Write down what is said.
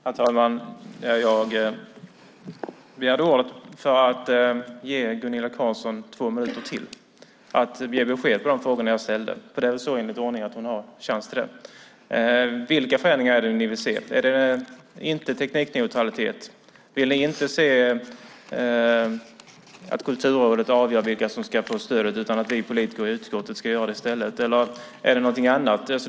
Herr talman! Jag begärde ordet för att ge Gunilla Carlsson två minuter till för att ge besked i de frågor som jag ställde. Jag tror att hon därmed har möjlighet till det. Vilka förändringar är det som ni vill se? Är det inte teknikneutralitet? Vill ni inte se att Kulturrådet avgör vilka som ska få stödet utan att vi politiker i utskottet ska göra det i stället, eller är det någonting annat?